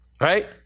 right